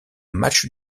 match